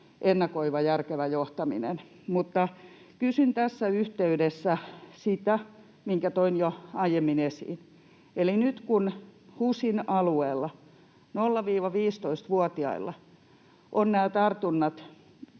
ennakoivaa, järkevää johtamista. Kysyn tässä yhteydessä sitä, minkä toin jo aiemmin esiin: nyt kun HUSin alueella 0—15-vuotiailla ovat nämä tartunnat